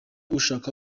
ushaka